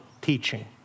teaching